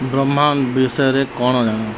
ବ୍ରହ୍ମାଣ୍ଡ ବିଷୟରେ କ'ଣ ଜାଣ